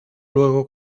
luego